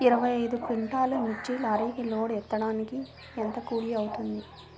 ఇరవై ఐదు క్వింటాల్లు మిర్చి లారీకి లోడ్ ఎత్తడానికి ఎంత కూలి అవుతుంది?